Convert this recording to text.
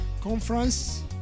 conference